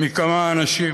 מכמה אנשים,